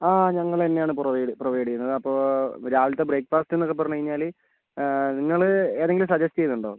ആ ഞങ്ങൾ തന്നെയാണ് പ്രൊവൈഡ് പ്രൊവൈഡ് ചെയ്യുന്നത് അപ്പോൾ രാവിലത്തെ ബ്രേക്ക്ഫാസ്റ്റ് എന്നൊക്കെ പറഞ്ഞുകഴിഞ്ഞാൽ നിങ്ങൾ ഏതെങ്കിലും സജസ്റ്റ് ചെയ്യുന്നുണ്ടോ